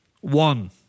One